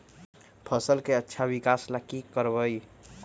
फसल के अच्छा विकास ला की करवाई?